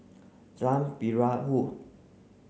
Jalan Perahu